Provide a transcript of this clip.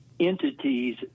entities